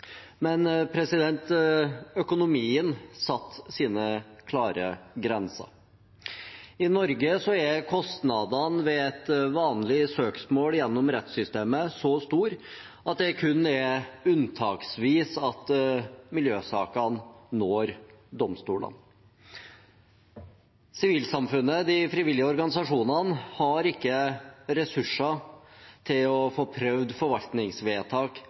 Men økonomien satte sine klare grenser. I Norge er kostnadene ved et vanlig søksmål gjennom rettssystemet så store at det kun er unntaksvis at miljøsakene når domstolene. Sivilsamfunnet, de frivillige organisasjonene, har ikke ressurser til å få prøvd forvaltningsvedtak